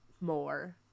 more